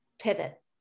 Pivot